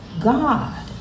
God